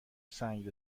سنگ